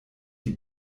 die